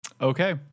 Okay